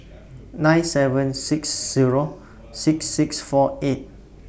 nine seven six Zero six six four eight